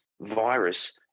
virus